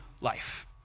life